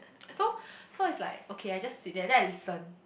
so so it's like okay I just sit there then I listen